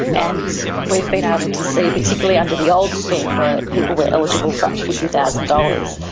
and we've been able to see, particularly under the old scheme where people were eligible for up to fifty thousand dollars,